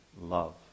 love